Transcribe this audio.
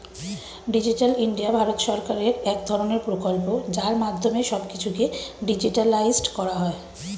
digital India ভারত সরকারের এক ধরণের প্রকল্প যার মাধ্যমে সব কিছুকে ডিজিটালাইসড করা হয়